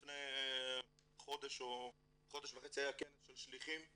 לפני חודש וחצי היה כנס שליחים,